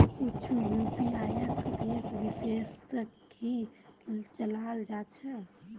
कुछु यूपीआईक देश विशेषत ही चलाल जा छे